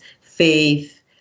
faith